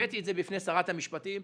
הבאתי בפני שרת המשפטים,